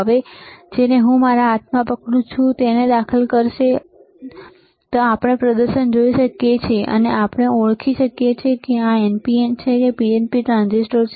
હવે જેને હું મારા હાથમાં પકડું છું તે તેને દાખલ કરશે અને તે કરશે અને આપણે પ્રદર્શન જોઈ શકીએ છીએ અને આપણે ઓળખી શકીએ છીએ કે આ NPN છે કે PNP ટ્રાન્ઝિસ્ટર